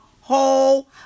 whole